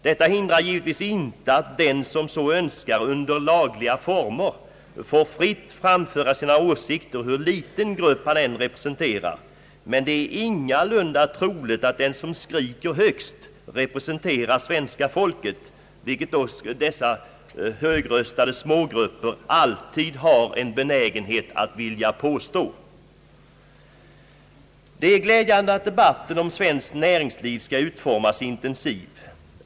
Detta hindrar givetvis inte att den som så önskar under lagliga former fritt skall få framföra sina åsikter, hur liten grupp han än representerar, men det är ingalunda troligt att den som skriker högst representerar svenska folket, vil ket dock dessa högröstade smågrupper alltid har en benägenhet att påstå. Det är glädjande att debatten om hur vårt svenska näringsliv skall utformas är intensiv.